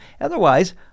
Otherwise